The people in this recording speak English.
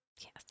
Yes